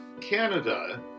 Canada